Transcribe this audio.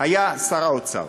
היה שר האוצר,